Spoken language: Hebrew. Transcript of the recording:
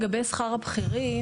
לגבי שכר הבכירים,